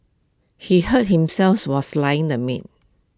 he hurt himself while slicing the meat